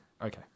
Okay